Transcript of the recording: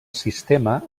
sistema